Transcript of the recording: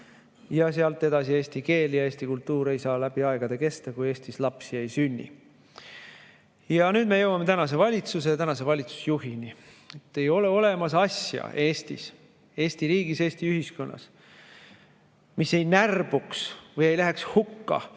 ja sealt edasi eesti keel ja eesti kultuur ei saa läbi aegade kesta, kui Eestis lapsi ei sünni. Nüüd me jõuame tänase valitsuse ja tänase valitsusjuhini. Ei ole olemas asja Eestis, Eesti riigis, Eesti ühiskonnas, mis ei närbuks või ei läheks hukka,